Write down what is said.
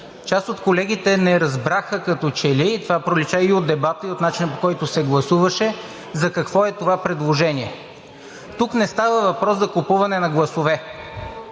част от колегите не разбраха като че ли – това пролича и от дебата, и от начина, по който се гласуваше, за какво е това предложение. Тук не става въпрос за купуване на гласове